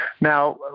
Now